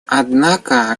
однако